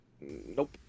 Nope